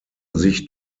sich